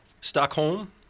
Stockholm